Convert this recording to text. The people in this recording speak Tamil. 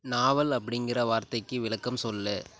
நாவல் அப்படிங்கிற வார்த்தைக்கு விளக்கம் சொல்